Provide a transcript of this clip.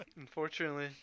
Unfortunately